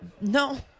No